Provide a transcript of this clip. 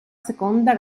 seconda